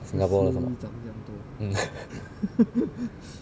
singapore 的什么